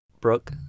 Brooke